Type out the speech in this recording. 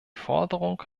forderung